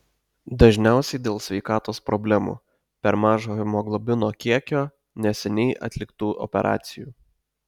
dažniausiai dėl sveikatos problemų per mažo hemoglobino kiekio neseniai atliktų operacijų